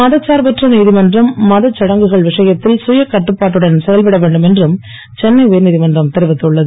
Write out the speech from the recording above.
மதசார்பற்ற நீதிமன்றம் மத சடங்குகள் விஷயத்தில் சுய கட்டுப்பாட்டுடன் செயல்பட வேண்டும் என்று சென்னை உயர்நீதிமன்றம் தெரிவித்துள்ளது